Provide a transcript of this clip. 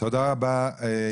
תודה רבה לכם.